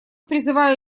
призываю